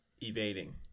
evading